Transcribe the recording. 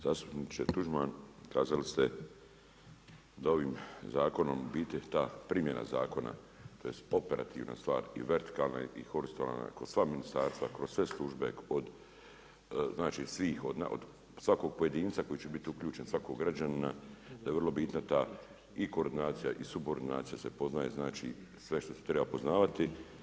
Zastupniče Tuđman, kazali ste da ovim zakonom, u biti ta primjena zakona tj. operativna stvar i vertikalna i horizontalna kroz sva ministarstva i kroz sve službe od svih, od svakog pojedinca koji će biti uključen, svakog građanina, da je vrlo bitna i ta koordinacija i … se poznaje, znači sve što se treba poznavati.